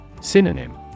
Synonym